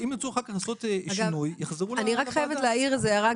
אני חייבת להעיר הערה.